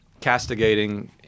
castigating